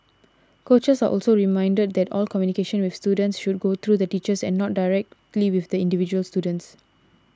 coaches are also reminded that all communication with students should go through the teachers and not directly with the individual students